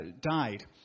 died